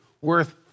worth